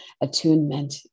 attunement